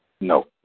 No